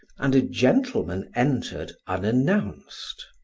and a gentleman entered unannounced.